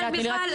חד-הוריות.